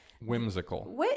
Whimsical